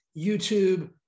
YouTube